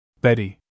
Betty